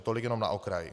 Tolik jenom na okraj.